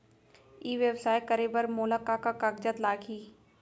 ई व्यवसाय करे बर मोला का का कागजात लागही?